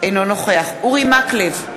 אינו נוכח אורי מקלב,